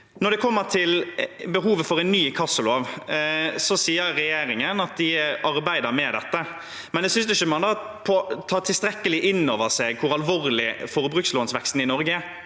Når det gjelder behovet for en ny inkassolov, sier regjeringen at de arbeider med det. Da tar man ikke tilstrekkelig innover seg hvor alvorlig forbrukslånsveksten i Norge er